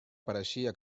pareixia